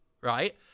right